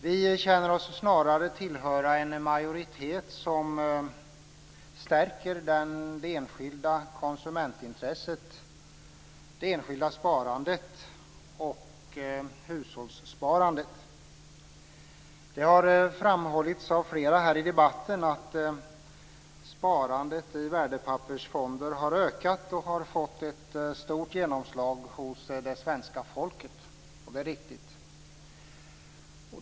Vi känner oss snarare tillhöra en majoritet som stärker det enskilda konsumentintresset, det enskilda sparandet och hushållssparandet. Det har framhållits av flera här i debatten att sparandet i värdepappersfonder har ökat och fått ett stort genomslag hos det svenska folket. Det är riktigt.